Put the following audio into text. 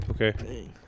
Okay